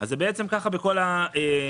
זה בעצם כך בכל העסקים.